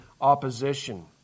opposition